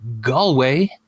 Galway